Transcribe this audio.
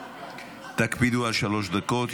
תקפידו על שלוש דקות.